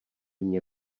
mně